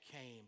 came